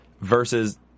versus